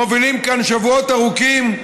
מובילים כאן שבועות ארוכים,